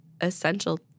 essential